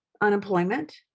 unemployment